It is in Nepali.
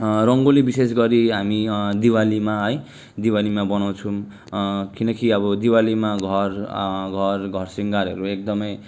रङ्गोली विशेष गरी हामी दिवालीमा है दिवालीमा बनाउँछौँ किनकि अब दिवालीमा घर घर घर शृङ्गारहरू एकदमै